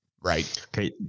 Right